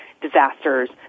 disasters